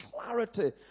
clarity